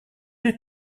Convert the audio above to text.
des